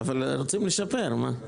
רוצים לשפר, מה.